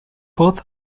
both